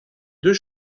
deux